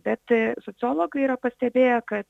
bet sociologai yra pastebėję kad